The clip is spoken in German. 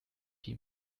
die